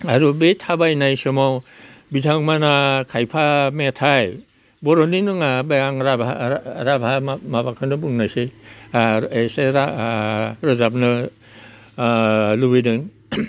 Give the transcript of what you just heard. आरो बे थाबायनाय समाव बिथांमोनहा खायफा मेथाय बर'नि नोङा बे आं राभा राभा माबाखोनो बुंनायसै आर एसे रोजाबनो लुबैदों